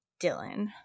dylan